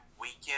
weekend